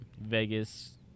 Vegas